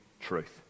truth